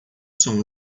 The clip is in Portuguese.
são